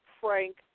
Frank